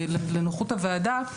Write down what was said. לנוחות הוועדה,